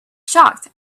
shocked